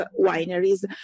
wineries